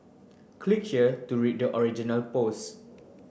click here to read the original pose